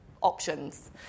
options